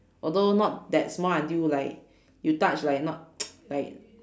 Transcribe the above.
although not that small until like you touch like not like